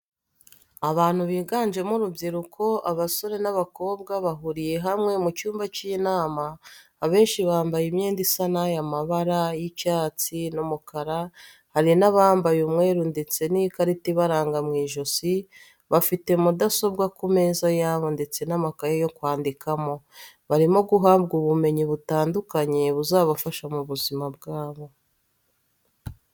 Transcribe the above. Abantu biganjemo urubyiruko abasore n'abakobwa bahuriye hamwe mu cyumba cy'inama abenshi bambaye imyenda isa y'amabara y'icyatsi n'umukara, hari n'abambaye umweru ndetse n'ikarita ibaranga mu ijosi bafite mudasobwa ku meza yabo ndetse n'amakaye yo kwandikamo, barimo guhabwa ubumenyi butandukanye buzabafasha mu buzima bwabo.